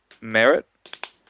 merit